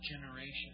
generation